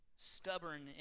stubborn